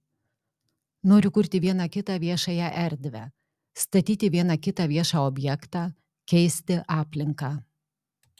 noriu kurti vieną kitą viešąją erdvę statyti vieną kitą viešą objektą keisti aplinką